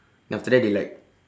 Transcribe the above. then after that they like